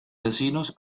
vecinos